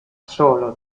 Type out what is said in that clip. solo